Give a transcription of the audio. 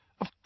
Of